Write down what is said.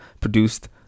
produced